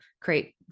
create